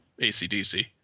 ACDC